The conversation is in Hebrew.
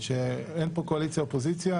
שאין פה קואליציה-אופוזיציה,